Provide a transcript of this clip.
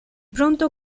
pronto